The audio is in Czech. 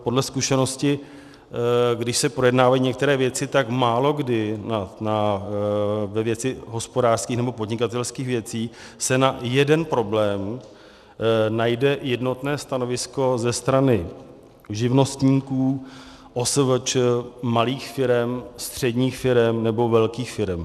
Podle zkušenosti, když se projednávají některé věci, tak málokdy ve věci hospodářských nebo podnikatelských věcí se na jeden problém najde jednotné stanovisko ze strany živnostníků, OSVČ, malých firem, středních firem nebo velkých firem.